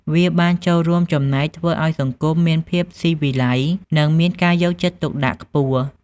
វាបានចូលរួមចំណែកធ្វើឱ្យសង្គមមានភាពស៊ីវិល័យ និងមានការយកចិត្តទុកដាក់ខ្ពស់។